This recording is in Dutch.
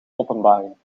openbaring